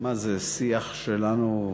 שיח שלנו?